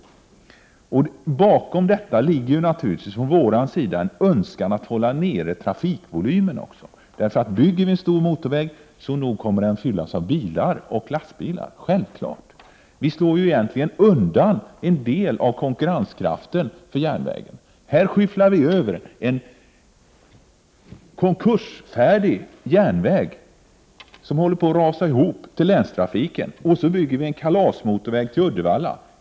Bakom detta resonemang ligger naturligtvis från miljöpartiets sida också en önskan att hålla nere trafikvolymen. Bygger vi en stor motorväg kommer den naturligtvis att fyllas med bilar och lastbilar — självfallet! Vi slår egentligen undan en del av järnvägens konkurrenskraft. Här skyfflar vi över en konkursfärdig järnväg till länstrafiken. Så bygger vi en kalasmotorväg till Uddevalla.